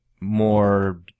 more